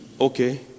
Okay